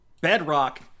Bedrock